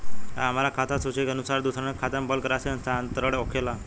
आ हमरा खाता से सूची के अनुसार दूसरन के खाता में बल्क राशि स्थानान्तर होखेला?